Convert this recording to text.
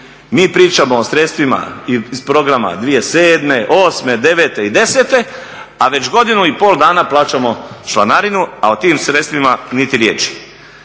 Mi pričamo o sredstvima iz programa 2007., 2008., 2009. i 2010., a već godinu i pol dana plaćamo članarinu a o tim sredstvima niti riječi.